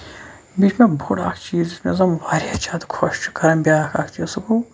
مےٚ چھُنا بوٚڈ اکھ چیٖز یُس مےٚ زَن واریاہ زیادٕ خۄش چھُ کران بیٛاکھ اکھ چیٖز سُہ گوٚو